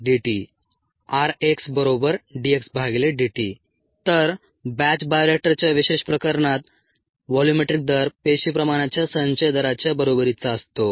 rxVrgVdxdt rxdxdt तर batch बायोरिएक्टरच्या विशेष प्रकरणात व्हॉल्यूमेट्रिक दर पेशी प्रमाणाच्या संचय दराच्या बरोबरीचा असतो